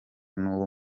n’uwo